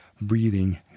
breathing